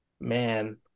man